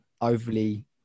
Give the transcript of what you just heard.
overly